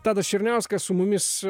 tadas černiauskas su mumis